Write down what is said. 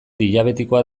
diabetikoa